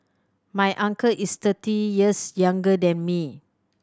my uncle is thirty years younger than me